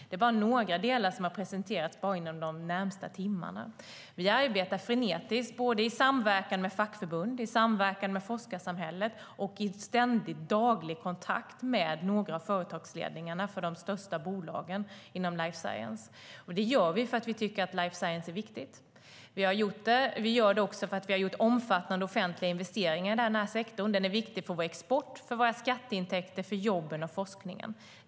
Det är några delar som har presenterats bara under de senaste timmarna. Vi arbetar frenetiskt i samverkan med fackförbunden och forskarsamhället. Vi har daglig kontakt med företagsledningarna för några av de största bolagen inom life science. Det gör vi för att vi tycker att life science är viktigt. Vi gör det också för att vi har gjort omfattande offentliga investeringar i den här sektorn. Den är viktig för vår export, våra skatteintäkter, jobben och forskningen.